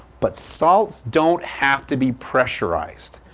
but salts don't have to be pressurized.